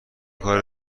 کار